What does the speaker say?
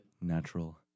Natural